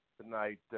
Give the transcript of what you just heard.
tonight